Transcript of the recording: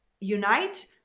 unite